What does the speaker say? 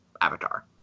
avatar